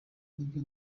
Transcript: nibyo